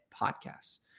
podcasts